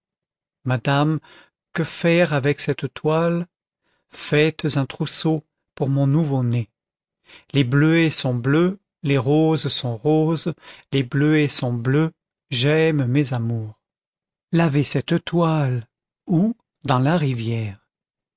madame que faire avec cette toile faites un trousseau pour mon nouveau-né les bleuets sont bleus les roses sont roses les bleuets sont bleus j'aime mes amours lavez cette toile où dans la rivière